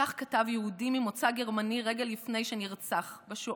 כך כתב יהודי ממוצא גרמני רגע לפני שנרצח בשואה.